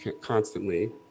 constantly